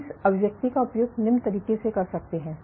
आप इस अभिव्यक्ति का उपयोग निम्न तरीके से करते हैं